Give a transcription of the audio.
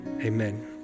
amen